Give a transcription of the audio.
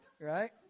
right